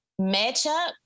matchup